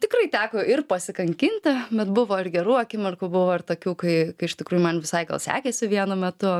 tikrai teko ir pasikankinti bet buvo ir gerų akimirkų buvo ir tokių kai kai iš tikrųjų man visai gal sekėsi vienu metu